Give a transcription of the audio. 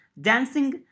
dancing